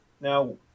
Now